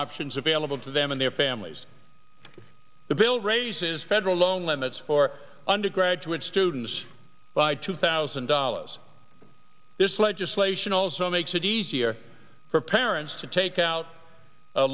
options available to them and their families the bill raises federal loan limits for undergraduate students by two thousand dollars this legislation also makes it easier for parents to take out a